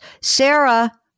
Sarah